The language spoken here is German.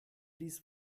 ließ